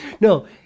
no